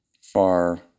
far